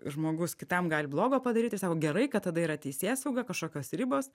žmogus kitam gali blogo padaryt ir sako gerai kad tada yra teisėsauga kažkokios ribos